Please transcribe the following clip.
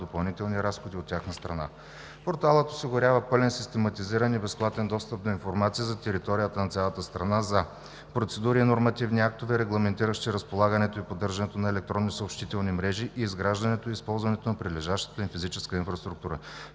допълнителни разходи от тяхна страна. Порталът осигурява пълен систематизиран и безплатен достъп до: информация за територията на цялата страна, за процедури и нормативни актове, регламентиращи разполагането и поддържането на електронни съобщителни мрежи; изграждането и използването на прилежащата им физическа инфраструктура,